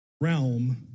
realm